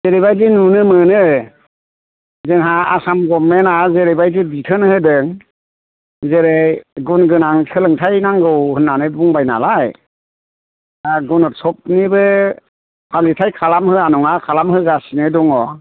ओरैबादि नुनो मोनो जोंहा आसाम गभमेन्टआ जेरैबादि बिथोन होदों जेरै गुन गोनां सोलोंथाइ नांगौ होन्नानै बुंबाय नालाय दा गुनटसभनिबो फालिथाइ खालामहोया नङा खालामहोगासिनो दङ